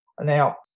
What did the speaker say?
Now